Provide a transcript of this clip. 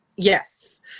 Yes